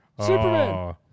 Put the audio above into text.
Superman